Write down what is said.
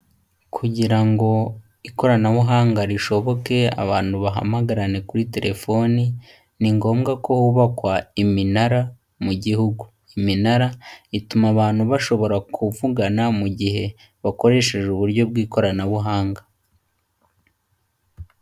Kugira ngo ikoranabuhanga rishoboke abantu bahamagarane kuri telefoni, ni ngombwa ko hubakwa iminara mu gihugu. Iminara ituma abantu bashobora kuvugana mu gihe bakoresheje uburyo bw'ikoranabuhanga.